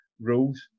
rules